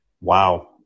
Wow